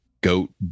goat